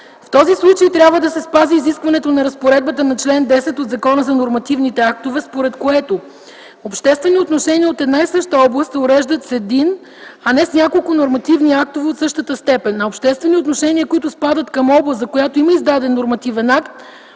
В този случай трябва да се спази изискването на разпоредбата на чл. 10 от Закона за нормативните актове, според което обществени отношения от една и съща област се уреждат с един, а не с няколко нормативни актове от същата степен, а обществени отношения, които спадат към област, за която има издаден нормативен акт,